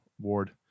ward